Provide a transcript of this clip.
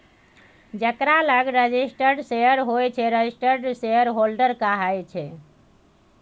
जकरा लग registered share होइ छै रजिस्टर्ड शेयरहोल्डर कहाइ छै